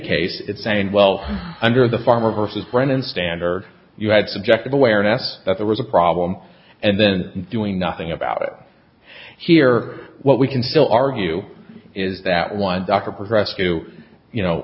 case it's saying well under the farmer versus brennan standard you had subjective awareness that there was a problem and then doing nothing about it here what we can still argue is that one